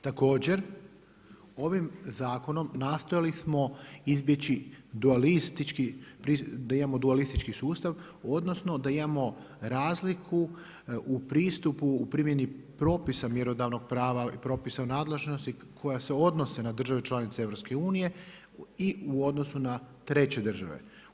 Također, ovim zakonom nastojali smo izbjeći dualistički, da imamo dualistički sustav, odnosno da imamo razliku u pristupu u primjenu propisa mjerodavnog prava, propisa nadležnosti koja se odnose na države članice EU i u odnosu na treće države.